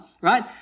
right